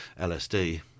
LSD